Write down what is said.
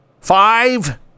five